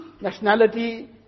nationality